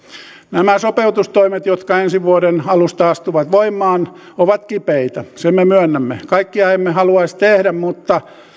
nämä sopeutustoimet jotka ensi vuoden alusta astuvat voimaan ovat kipeitä sen me myönnämme kaikkia emme haluaisi tehdä mutta